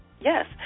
Yes